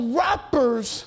rappers